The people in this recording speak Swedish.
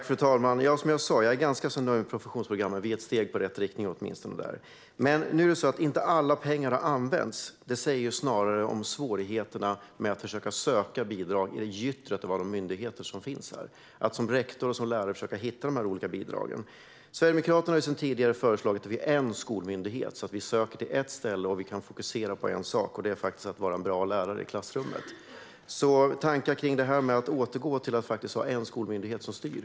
Fru talman! Som jag sa är jag ganska nöjd med professionsprogrammet. Det är åtminstone ett steg i rätt riktning. Att inte alla pengar har använts säger något om svårigheterna att söka bidrag bland det gytter av myndigheter som finns, att som rektor och lärare försöka hitta de olika bidragen. Sverigedemokraterna har sedan tidigare föreslagit att vi ska ha en skolmyndighet, så att man ställer sin ansökan till ett ställe och kan fokusera på en sak, och det är faktiskt att vara en bra lärare i klassrummet. Vad har statsrådet för tankar kring att återgå till att ha en skolmyndighet som styr?